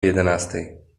jedenastej